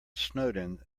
snowden